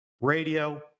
radio